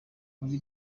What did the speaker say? muri